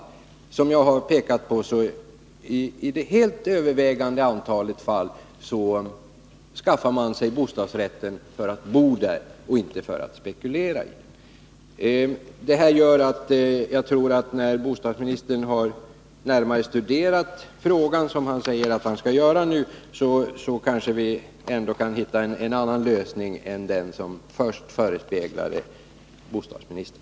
Som jag har påpekat är det i det helt övervägande antalet fall så att man skaffar sig bostadsrätten för att bo där, inte för att spekulera. När bostadsministern närmare studerat frågan, som han säger att han nu skall göra, tror jag att vi kan hitta en annan lösning än den som först föresvävade bostadsministern.